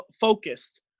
focused